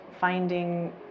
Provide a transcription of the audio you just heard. finding